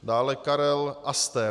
Dále Karel Aster.